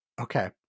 Okay